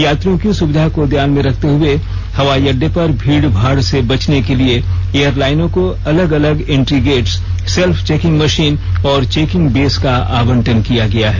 यात्रियों की सुविधा को ध्यान में रखते हुए हवाई अड्डे पर भीड़ भाड़ से बचने के लिए एयर लाइनों को अलग अलग एन्ट्रीगेट्स सेल्फ चेकिंग मशीन और चेकिंग बेस का आवंटन किया गया है